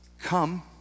Come